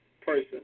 person